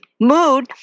mood